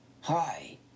Hi